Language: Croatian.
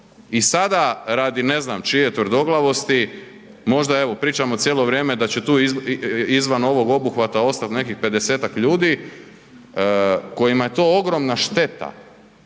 I sada radi, ne znam čije tvrdoglavosti, možda evo pričamo cijelo vrijeme da će tu izvan ovog obuhvata ostat nekih 50-ak ljudi kojima je to ogromna šteta,